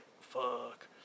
fuck